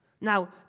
Now